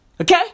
Okay